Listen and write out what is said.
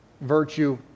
virtue